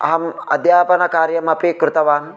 अहम् अद्यापनकार्यमपि कृतवान्